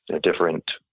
different